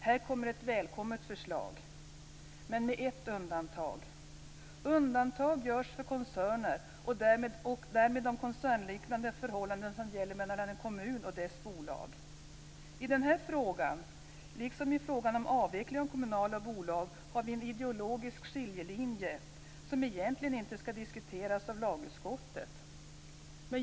Här kommer ett välkommet förslag, men med ett undantag: Undantag görs för koncerner och därmed de koncernliknande förhållanden som gäller mellan en kommun och dess bolag. I denna fråga, liksom i frågan om avveckling av kommunala bolag, har vi en ideologisk skiljelinje som egentligen inte skall diskuteras av lagutskottet.